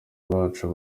bacu